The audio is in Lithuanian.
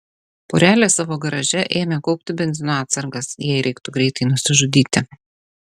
porelė savo garaže ėmė kaupti benzino atsargas jei reiktų greitai nusižudyti